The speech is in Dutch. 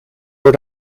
door